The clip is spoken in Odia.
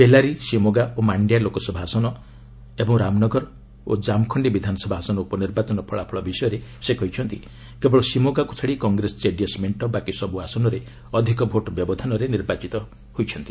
ବେଲାରୀ ସିମୋଗା ଓ ମାଣ୍ଡ୍ୟା ଲୋକସଭା ଆସନ ଓ ରାମନଗର ଏବଂ ଜାମଖଣ୍ଡୀ ବିଧାନସଭା ଆସନ ଉପନିର୍ବାଚନ ଫଳାଫଳ ବିଷୟରେ ସେ କହିଛନ୍ତି କେବଳ ସିମୋଗାକୁ ଛାଡ଼ି କଂଗ୍ରେସ ଜେଡିଏସ୍ ମେଣ୍ଟ ବାକି ସବୁ ଆସନରେ ଅଧିକ ଭୋଟ୍ ବ୍ୟବଧାନରେ ନିର୍ବାଚନ ଜିତିଛନ୍ତି